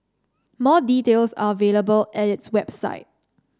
more details are available at its website